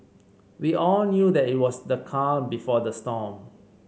we all knew that it was the calm before the storm